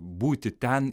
būti ten